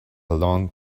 long